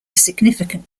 significant